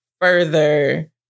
further